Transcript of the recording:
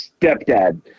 Stepdad